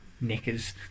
knickers